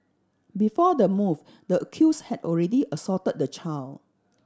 before the move the accused had already assaulted the child